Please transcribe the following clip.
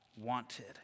wanted